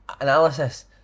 analysis